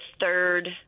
third